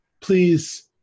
Please